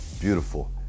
beautiful